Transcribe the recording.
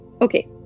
okay